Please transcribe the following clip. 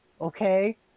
okay